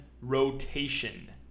rotation